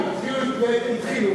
התחילו ותיקנו.